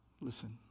listen